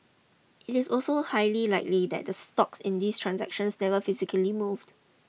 it is also highly likely that the stocks in these transactions never physically moved